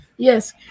Yes